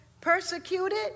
persecuted